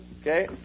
Okay